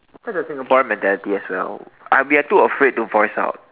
that's a Singaporean mentality as well I we're too afraid to voice out